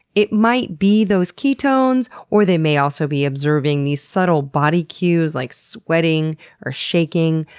it might be those ketones, or they may also be observing these subtle body cues like sweating or shaking.